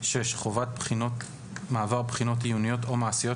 (6)חובת מעבר בחינות עיוניות או מעשיות,